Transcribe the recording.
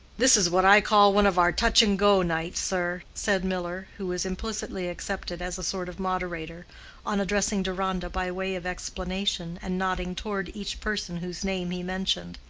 this is what i call one of our touch-and-go nights, sir, said miller, who was implicitly accepted as a sort of moderator on addressing deronda by way of explanation, and nodding toward each person whose name he mentioned.